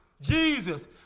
Jesus